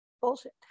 bullshit